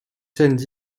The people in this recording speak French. scènes